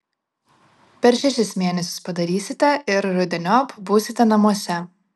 per šešis mėnesius padarysite ir rudeniop būsite namuose